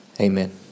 Amen